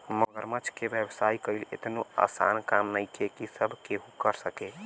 मगरमच्छ के व्यवसाय कईल एतनो आसान काम नइखे की सब केहू कर सके